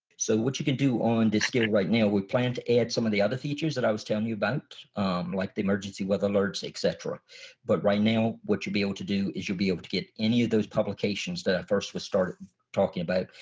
so what you can do on this skill right now. we plan to add some of the other features that i was telling you about like the emergency weather alerts etc but right now what you'll be able to do is you'll be able to get any of those publications that we first started talking about.